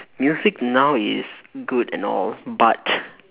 music now is good and all but